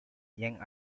young